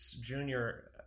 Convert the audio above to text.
junior